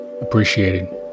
Appreciating